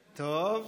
טוב.